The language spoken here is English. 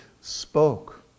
spoke